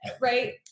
right